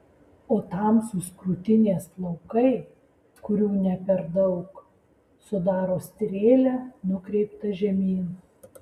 o tamsūs krūtinės plaukai kurių ne per daug sudaro strėlę nukreiptą žemyn